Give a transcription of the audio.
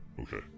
Okay